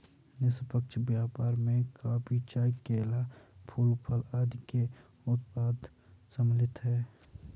निष्पक्ष व्यापार में कॉफी, चाय, केला, फूल, फल आदि के उत्पाद सम्मिलित हैं